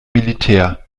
militär